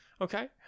okay